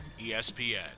espn